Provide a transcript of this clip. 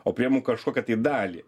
o priimu kažkokią dalį